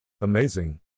Amazing